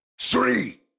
three